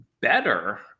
better